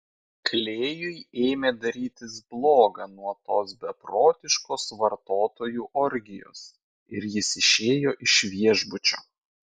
klėjui ėmė darytis bloga nuo tos beprotiškos vartotojų orgijos ir jis išėjo iš viešbučio